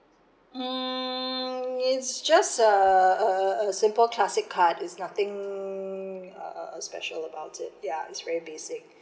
um it's just a a a simple classic card it's nothing uh uh special about it ya it's very basic